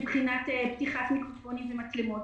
לשלוט בדיון מבחינת פתיחת מיקרופונים ומצלמות,